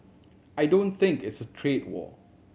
I don't think it's a trade war